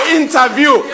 interview